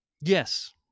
Yes